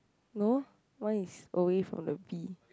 no one is away from the V